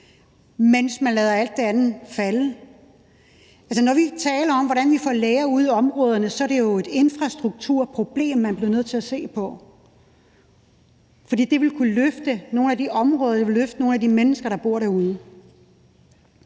mens man lader alt det andet falde? Når vi taler om, hvordan vi får læger ud i områderne, er det jo et infrastrukturproblem, man bliver nødt til at se på, for det vil kunne løfte nogle af de områder, det vil kunne løfte nogle af de mennesker, der bor derude.